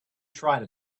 try